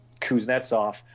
Kuznetsov